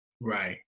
Right